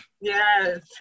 Yes